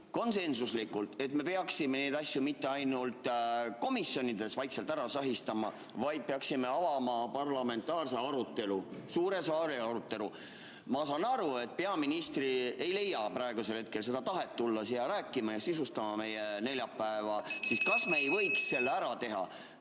konsensuslikult, et me peaksime neid asju mitte ainult komisjonides vaikselt ära sahistama, vaid peaksime avama parlamentaarse arutelu, suure saali arutelu. Ma saan aru, et peaminister ei leia praegusel hetkel tahet tulla siia rääkima ja meie neljapäeva sisustama. Kas me ei võiks selle ära teha,